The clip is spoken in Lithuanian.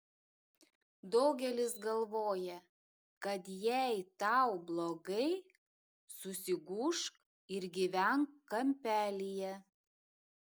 daugelis galvoja kad jei tau blogai susigūžk ir gyvenk kampelyje